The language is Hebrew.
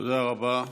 תודה רבה.